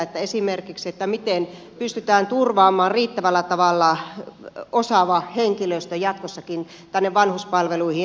miten esimerkiksi pystytään turvaamaan riittävällä tavalla osaava henkilöstö jatkossakin tänne vanhuspalveluihin